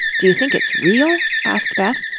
do you think it's real? asked beth,